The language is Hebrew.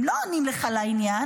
הם לא עונים לך לעניין,